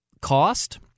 cost